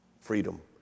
freedom